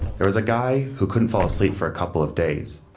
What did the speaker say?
there was a guy who couldn't fall asleep for a couple of days.